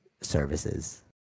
services